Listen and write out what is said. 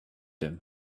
him